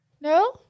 No